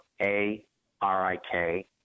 A-R-I-K